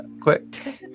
quick